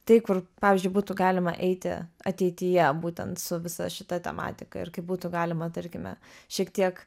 tai kur pavyzdžiui būtų galima eiti ateityje būtent su visa šita tematika ir kaip būtų galima tarkime šiek tiek